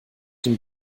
den